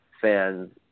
fans